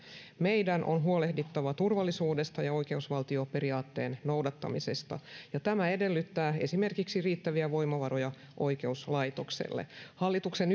meidän on huolehdittava turvallisuudesta ja oikeusvaltioperiaatteen noudattamisesta ja tämä edellyttää esimerkiksi riittäviä voimavaroja oikeuslaitokselle hallituksen